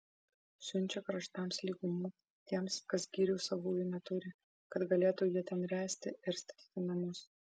siunčia kraštams lygumų tiems kas girių savųjų neturi kad galėtų jie ten ręsti ir statyti namus